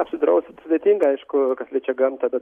apsidrausit sudėtinga aišku kas liečia gamtą bet